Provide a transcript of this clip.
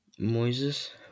Moises